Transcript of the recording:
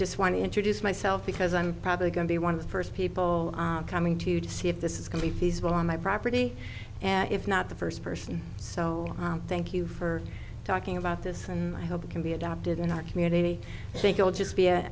just want to introduce myself because i'm probably going to be one of the first people coming to you to see if this is going to be feasible on my property and if not the first person so thank you for talking about this and i hope it can be adopted in our community i think i'll just be